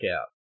out